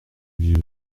vieux